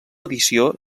edició